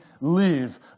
live